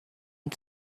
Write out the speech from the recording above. and